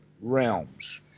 realms